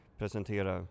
presentera